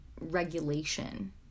regulation